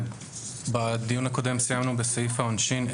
בדיון הקודם סיימנו בסעיף העונשין.